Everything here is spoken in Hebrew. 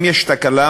אם יש תקלה,